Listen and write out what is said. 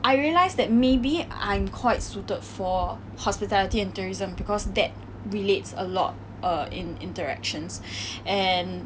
I realised that maybe I'm quite suited for hospitality and tourism because that relates a lot err in interactions and